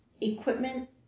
equipment